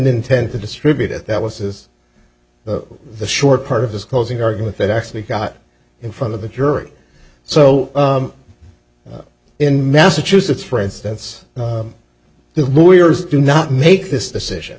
intend to distribute it that was the short part of his closing argument that actually got in front of the jury so in massachusetts for instance the lawyers do not make this decision